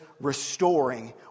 restoring